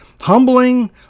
Humbling